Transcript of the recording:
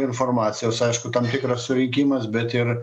informacijos aišku tam tikras surinkimas bet ir